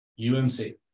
UMC